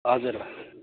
हजुर हजुर